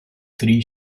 three